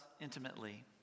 intimately